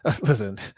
listen